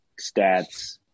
stats